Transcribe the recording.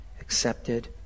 accepted